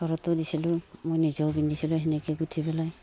ঘৰতো দিছিলোঁ মই নিজেও পিন্ধিছিলোঁ সেনেকৈ গোঁঠি পেলাই